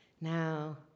Now